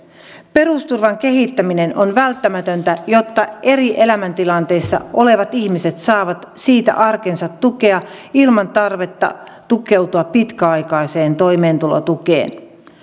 perusturvan kehittäminen on välttämätöntä jotta eri elämäntilanteissa olevat ihmiset saavat siitä arkensa tukea ilman tarvetta tukeutua pitkäaikaiseen toimeentulotukeen